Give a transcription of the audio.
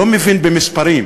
לא מבין במספרים.